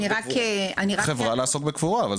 חברה שעוסקת בקבורה.